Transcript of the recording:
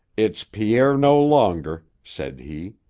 it's pierre no longer, said he.